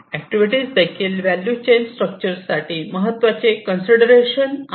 activities देखील value chain structure साठी महत्त्वाचे कन्सिडरेशन आहे